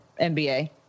NBA